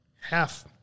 Half